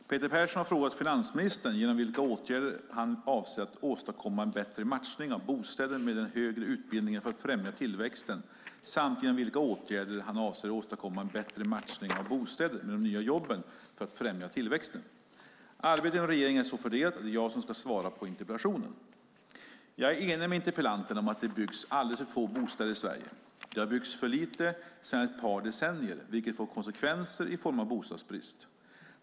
Fru talman! Peter Persson har frågat finansministern genom vilka åtgärder han avser att åstadkomma en bättre matchning av bostäder med den högre utbildningen för att främja tillväxten samt genom vilka åtgärder han avser att åstadkomma en bättre matchning av bostäder med de nya jobben för att främja tillväxten. Arbetet inom regeringen är så fördelat att det är jag som ska svara på interpellationen. Jag är enig med interpellanten om att det byggs alldeles för få bostäder i Sverige. Det har byggts för lite sedan ett par decennier, vilket får konsekvenser i form av bostadsbrist.